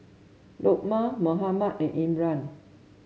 Lukman Muhammad and Imran